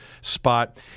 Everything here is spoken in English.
spot